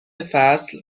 فصل